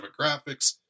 demographics